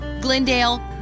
Glendale